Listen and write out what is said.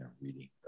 reading